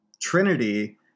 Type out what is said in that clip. Trinity